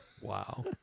Wow